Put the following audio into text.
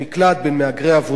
בין מהגרי עבודה,